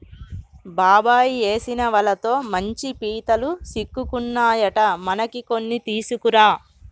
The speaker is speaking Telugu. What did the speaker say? బాబాయ్ ఏసిన వలతో మంచి పీతలు సిక్కుకున్నాయట మనకి కొన్ని తీసుకురా